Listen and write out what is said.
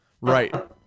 Right